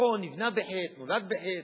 נכון, נבנה בחטא, נולד בחטא,